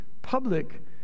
public